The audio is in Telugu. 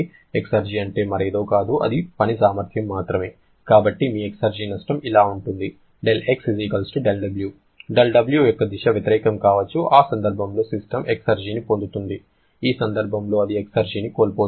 ఎక్సెర్జి అంటే మరేదో కాదు అది పని సామర్థ్యం మాత్రమే కాబట్టి మీ ఎక్సెర్జి నష్టం ఇలా ఉంటుంది δX δW δW యొక్క దిశ వ్యతిరేకం కావచ్చు ఆ సందర్భంలో సిస్టమ్ ఎక్సెర్జిని పొందుతుంది ఈ సందర్భంలో అది ఎక్సెర్జిని కోల్పోతుంది